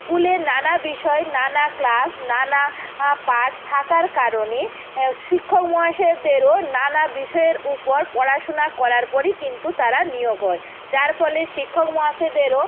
স্কুলের নানা বিষয় নানা ক্লাস নানা পাঠ থাকার কারণে শিক্ষক মহাশয়দেরও নানা বিষয়ের উপর পড়াশোনা করার পরই কিন্তু তারা নিয়োগ হয় যার ফলে শিক্ষক মহাশয়দেরও